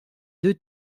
deux